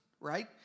right